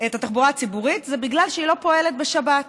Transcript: זה שהיא לא פועלת בשבת.